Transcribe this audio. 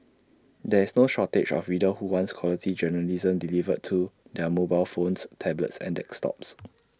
there is no shortage of readers who want quality journalism delivered to their mobile phones tablets and desktops